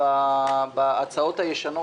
בהצעות הישנות,